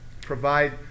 provide